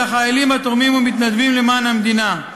אלא חיילים התורמים ומתנדבים למען המדינה.